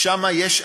שם יש,